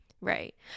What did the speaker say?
Right